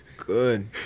good